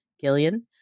Gillian